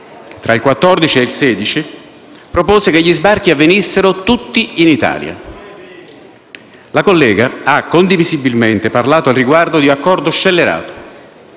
tra il 2014 e il 2016, a proporre che gli sbarchi avvenissero tutti in Italia. La collega ha condivisibilmente parlato, al riguardo, di accordo scellerato.